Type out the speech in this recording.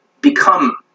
become